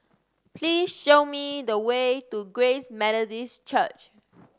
please show me the way to Grace Methodist Church